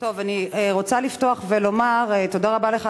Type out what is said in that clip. אני רוצה לפתוח ולומר: תודה רבה לך,